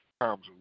times